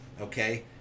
okay